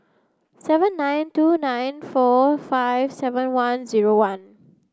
seven nine two nine four five seven one zero one